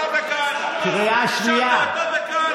אתה, בבקשה שקט.